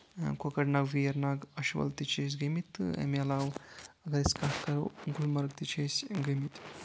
کۄکرناگ ویرناگ اَچھِ ول تہِ چھِ أسۍ گٔمٕتۍ تہٕ اَمہِ علاوٕ اَگر أسۍ کَتھ کَرو گُلمرٕگ تہِ چھِ أسۍ گٔمٕتۍ